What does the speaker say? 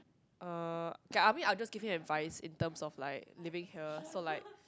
uh K I mean I'll just give him advice in terms of like living here so like